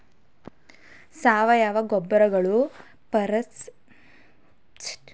ಸಾವಯವ ಗೊಬ್ಬರಗಳು ಪರಿಸರ ಸ್ನೇಹಿ ಗೊಬ್ಬರಗಳ ಆಗಿದ್ದು ಇದರಿಂದ ಭೂಮಿಯ ಫಲವತ್ತತೆ ಹೆಚ್ಚಾಗಿ ಭೂಮಿ ಸುರಕ್ಷಿತವಾಗಿರುತ್ತದೆ